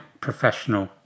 professional